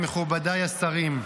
מכובדיי השרים,